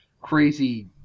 crazy